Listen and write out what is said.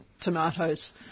tomatoes